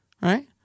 right